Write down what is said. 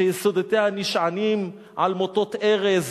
שיסודותיה נשענים על מוטות עץ